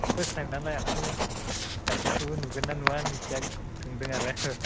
first time नालाय आखायनो गासैखौबो नुगोन ना नुवा मिथिया सोदों आरो